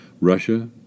Russia